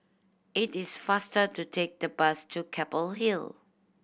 it is faster to take the bus to Keppel Hill